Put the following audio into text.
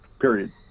period